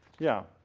yeah.